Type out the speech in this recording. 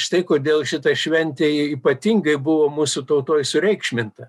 štai kodėl šita šventė ypatingai buvo mūsų tautoj sureikšminta